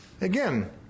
again